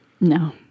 No